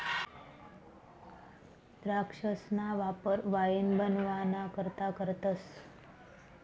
द्राक्षसना वापर वाईन बनवाना करता करतस